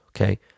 okay